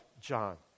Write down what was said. John